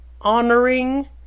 honoring